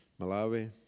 Malawi